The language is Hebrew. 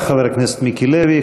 תודה לחבר הכנסת מיקי לוי.